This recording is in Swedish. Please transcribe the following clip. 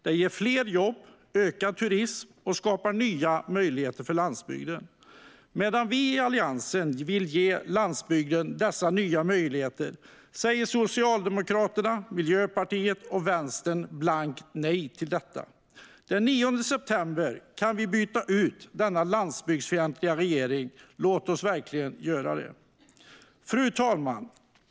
Det ger fler jobb och ökad turism och skapar nya möjligheter för landsbygden. Medan vi i Alliansen vill ge landsbygden dessa nya möjligheter säger Socialdemokraterna, Miljöpartiet och Vänstern blankt nej till detta. Den 9 september kan vi byta ut denna landsbygdsfientliga regering. Låt oss verkligen göra det. Fru talman!